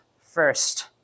first